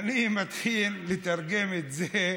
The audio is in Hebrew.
אני מתחיל לתרגם את זה,